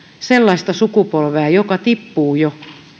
sellaista sukupolvea joka tippuu jo